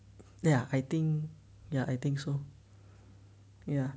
ya I think ya I think so ya